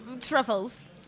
truffles